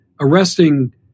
arresting